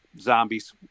zombies